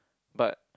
but